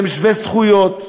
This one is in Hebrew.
והם שווי זכויות,